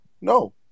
no